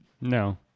No